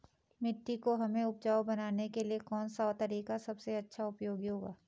मिट्टी को हमें उपजाऊ बनाने के लिए कौन सा तरीका सबसे अच्छा उपयोगी होगा?